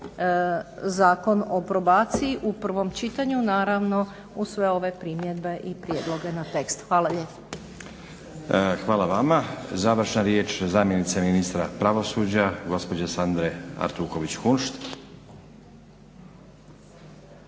Zakon o probaciji u prvom čitanju naravno uz sve ove primjedbe i prijedloge na tekst. Hvala lijepa. **Stazić, Nenad (SDP)** Hvala vama. Završna riječ zamjenice ministra pravosuđa gospođe Sandre Artuković Kunšt.